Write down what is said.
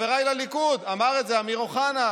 חבריי לליכוד, אמר את זה אמיר אוחנה.